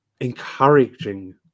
encouraging